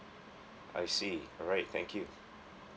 I see alright thank you